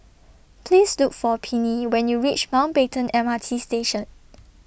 Please Look For Pennie when YOU REACH Mountbatten M R T Station